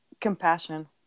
Compassion